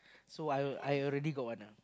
so I I already got one ah